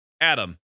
Adam